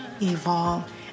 evolve